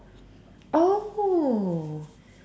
oh